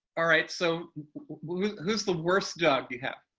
alright, so who's the worst dog you have?